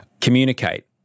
communicate